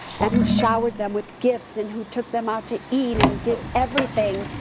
and who showered them with gifts and who took them out to eat and did everything.